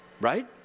right